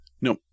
No